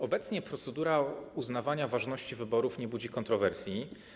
Obecnie procedura uznawania ważności wyborów nie budzi kontrowersji.